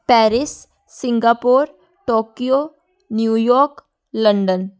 Paris Singapore Tokyo New York London